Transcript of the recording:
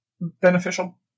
beneficial